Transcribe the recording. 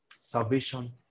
salvation